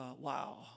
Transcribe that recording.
wow